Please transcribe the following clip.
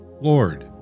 Lord